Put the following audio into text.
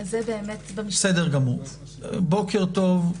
בוקר טוב.